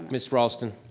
miss raulston.